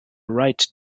right